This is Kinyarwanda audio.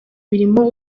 imirimo